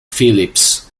phillips